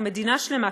או מדינה שלמה,